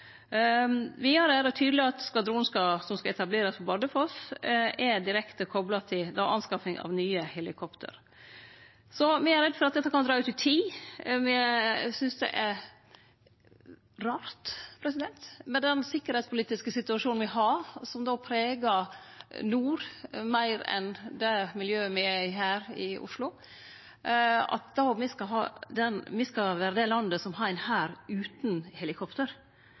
Vidare er det tydeleg at skvadronen som skal etablerast på Bardufoss, er direkte kopla til anskaffing av nye helikopter. Me er redde for at dette kan dra ut i tid, me synest det er rart med den sikkerheitspolitiske situasjonen me har, og som pregar nord meir enn det miljøet me er i her i Oslo, at me skal vere det landet som har ein hær utan helikopter